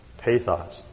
pathos